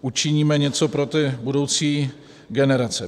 učiníme něco pro budoucí generace.